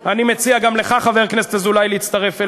אני מציע גם לך, חבר הכנסת אזולאי, להצטרף אלי.